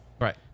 right